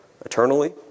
eternally